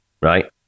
right